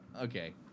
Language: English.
Okay